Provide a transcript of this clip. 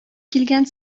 килгән